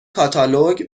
کاتالوگ